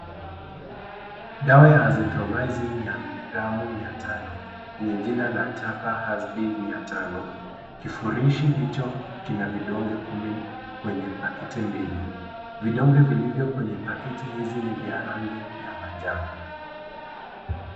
Dawa ya Azithromycin ya miligramu mia tano, yenye jina la chapa Azbil mia tano. Kifurishi hicho kina vidonge kumi kwenye pakiti mbili. Vidonge vilivyo kwenye pakiti hizi ni vya rangi ya manjano.